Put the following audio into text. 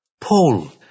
Paul